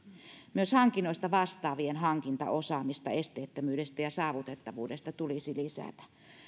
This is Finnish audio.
myös hankinnoista vastaavien hankintaosaamista esteettömyydestä ja saavutettavuudesta tulisi lisätä